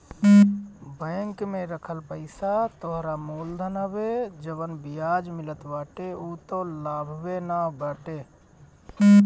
bank में रखल पईसा तोहरा मूल धन हवे जवन बियाज मिलत बाटे उ तअ लाभवे न बाटे